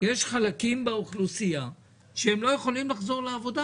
יש חלקים באוכלוסייה שהם לא יכולים לחזור לעבודה,